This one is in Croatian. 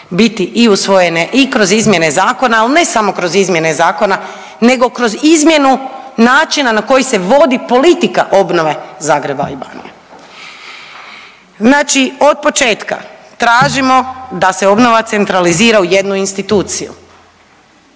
biti usvojene i kroz izmjene zakona, ali ne samo kroz izmjene zakona nego kroz izmjenu načina na koji se vodi politika obnove Zagreba i Banovine. Znači od početka tražimo da se obnova centralizira u jednu instituciju,